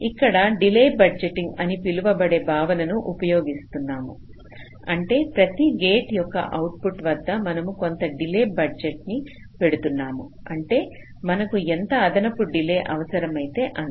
ఇక్కడ delay budgeting అని పిలువబడే భావనను ఉపయోగిస్తాము అంటే ప్రతి గేట్ యొక్క అవుట్పుట్ వద్ద మనము కొంత డిలే బడ్జెట్ను పెడుతున్నాము అంటే మనకు ఎంత అదనపు డిలే అవసరమైతే అంత